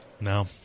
No